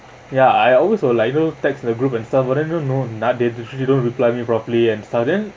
ya I always were text to the group and stuff but then no no nah they they don't reply me properly and stuff then